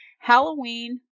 Halloween